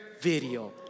Video